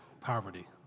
poverty